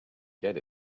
get